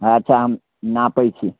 अच्छा हम नापै छी